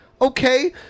Okay